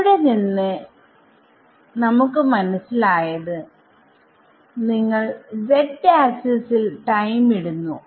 ഇവിടെ നിന്ന് നമുക്ക് മനസ്സിലായത് നിങ്ങൾ z ആക്സിസിൽ ടൈം ഇടുന്നു